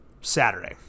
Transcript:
Saturday